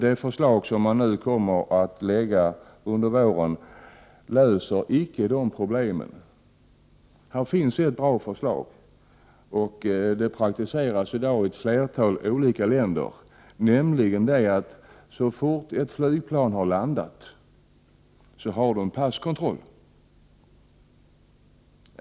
Det förslag som man nu kommer att lägga fram under våren löser icke 127 dessa problem. Det finns ett bra förslag. Det är en åtgärd som i dag praktiseras i ett flertal olika länder. Så fort ett flygplan har landat har man passkontroll.